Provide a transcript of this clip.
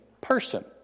person